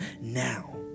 now